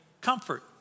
comfort